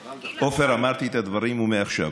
עופר, אמרתי את הדברים, ועכשיו.